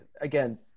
again